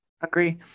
Agree